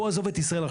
עזוב עכשיו את ישראל,